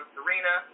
Serena